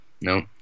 No